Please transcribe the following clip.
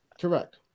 Correct